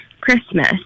Christmas